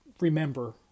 remember